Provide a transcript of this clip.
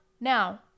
now